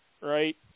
right